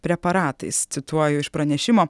preparatais cituoju iš pranešimo